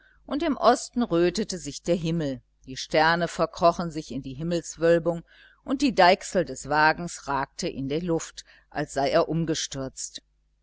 und im osten rötete sich der himmel die sterne verkrochen sich in die himmelswölbung und die deichsel des wagens ragte in die luft als sei er umgestürzt